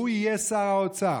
הוא יהיה שר האוצר.